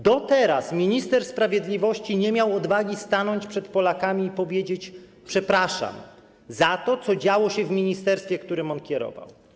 Do teraz, minister sprawiedliwości nie miał odwagi stanąć przed Polakami i powiedzieć „przepraszam”, za to, co działo się w ministerstwie, którym on kierował.